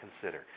consider